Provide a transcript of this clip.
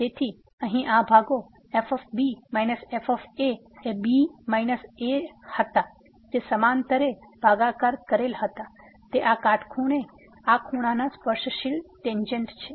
તેથી અહીં આ ભાગો f - f એ b - a હતા જે સમાંતરે ભાગાકાર કરેલ હતા તે આ કાટખૂણે આ ખૂણાની સ્પર્શશીલ ટેંજેન્ટ છે